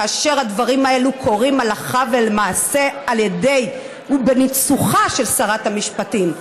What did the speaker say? כאשר הדברים האלה קורים הלכה ולמעשה על ידי ובניצוחה של שרת המשפטים.